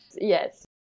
Yes